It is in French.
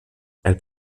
elles